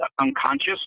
unconscious